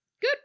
Good